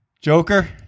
Joker